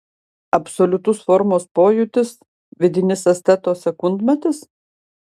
absoliutus formos pojūtis vidinis esteto sekundmatis